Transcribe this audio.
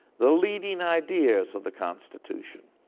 the leading ideas of the constitution